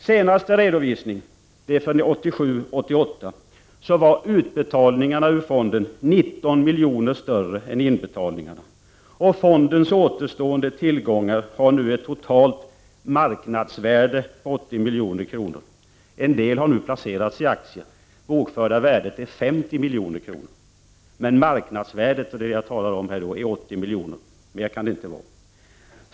Vid senaste redovisningen, för 1987/88, var utbetalningarna ur fonden 19 miljoner större än inbetalningarna, och fondens återstående tillgångar har nu ett totalt marknadsvärde på 80 milj.kr. En del har nu placerats i aktier. Det bokförda värdet är 50 milj.kr. Men marknadsvärdet, vilket jag talar om här, är 80 milj.kr. Mer kan det inte vara.